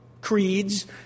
creeds